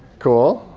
cool